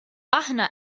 aħna